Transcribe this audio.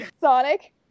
Sonic